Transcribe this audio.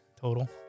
total